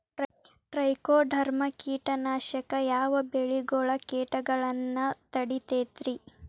Trichoderma ಕೇಟನಾಶಕ ಯಾವ ಬೆಳಿಗೊಳ ಕೇಟಗೊಳ್ನ ತಡಿತೇತಿರಿ?